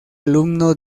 alumno